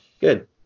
Good